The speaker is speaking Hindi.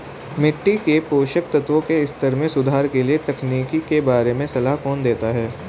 मिट्टी के पोषक तत्वों के स्तर में सुधार के लिए तकनीकों के बारे में सलाह कौन देता है?